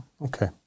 okay